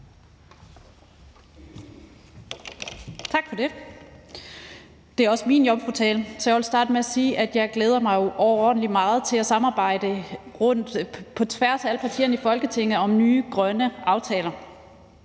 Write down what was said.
Tak for det. Det er også min jomfrutale, så jeg vil starte med at sige, at jeg glæder mig overordentlig meget til at samarbejde på tværs af alle partierne i Folketinget om nye grønne aftaler.